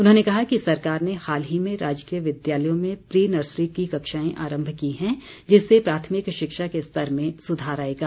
उन्होंने कहा कि सरकार ने हाल ही में राजकीय विद्यालयों में प्री नर्सरी की कक्षाएं आरम्म की हैं जिससे प्राथमिक शिक्षा के स्तर में सुधार आएगा